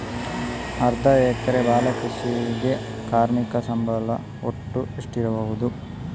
ಅರ್ಧ ಎಕರೆಯ ಬಾಳೆ ಕೃಷಿಗೆ ಕಾರ್ಮಿಕ ಸಂಬಳ ಒಟ್ಟು ಎಷ್ಟಿರಬಹುದು?